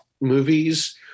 movies